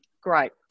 Great